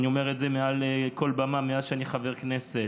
ואני אומר את זה מעל כל במה מאז שאני חבר כנסת,